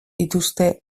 dituzte